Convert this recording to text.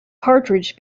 cartridge